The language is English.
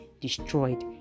destroyed